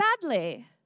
badly